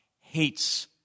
hates